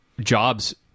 jobs